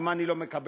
ומה אני לא מקבל,